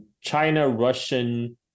China-Russian